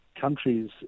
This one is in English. countries